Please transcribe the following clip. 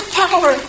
power